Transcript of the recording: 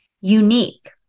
unique